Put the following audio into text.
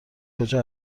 کجا